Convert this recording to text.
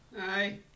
Hi